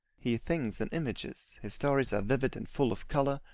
he thinks in images his stories are vivid and full of colour,